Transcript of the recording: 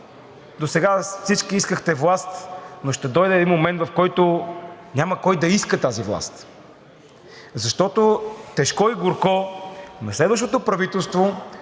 досега всички искахте власт, но ще дойде един момент, в който няма кой да я иска тази власт, защото тежко и горко на следващото правителство,